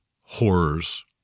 horrors